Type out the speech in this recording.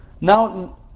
Now